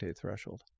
threshold